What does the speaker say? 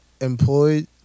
employed